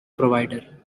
provider